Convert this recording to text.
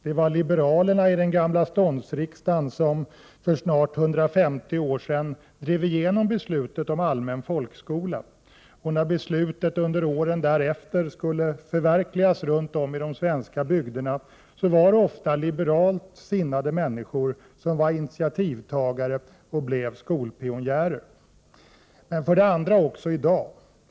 Det var liberalerna i den gamla ståndsriksdagen som för snart 150 år sedan drev igenom beslutet om allmän folkskola. Och när beslutet under åren därefter skulle förverkligas runt om i de svenska bygderna var det ofta liberalt sinnade människor som var initiativtagare och blev skolpionjärer. För det andra gäller det också i dag.